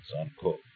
unquote